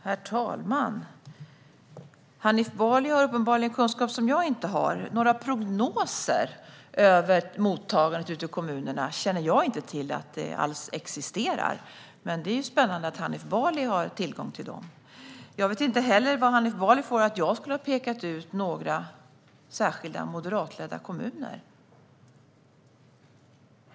Herr talman! Hanif Bali har uppenbarligen kunskap som jag inte har. Jag känner inte till att det existerar några prognoser över mottagandet ute i kommunerna, men det är spännande att Hanif Bali har tillgång till sådana. Jag vet heller inte varifrån Hanif Bali har fått att jag skulle ha pekat ut några särskilda moderatledda kommuner.